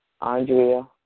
Andrea